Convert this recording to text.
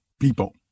people